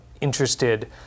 interested